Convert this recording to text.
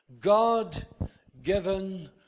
God-given